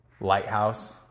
lighthouse